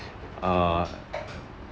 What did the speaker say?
uh